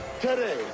today